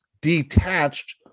detached